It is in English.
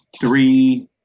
three